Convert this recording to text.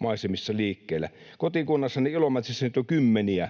maisemissa liikkeellä. Kotikunnassani Ilomantsissa niitä on kymmeniä,